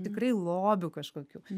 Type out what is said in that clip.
tikrai lobių kažkokių